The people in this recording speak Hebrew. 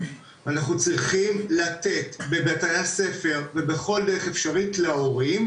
אנחנו צריכים לתת בבתי הספר ובכל דרך אפשרית להורים,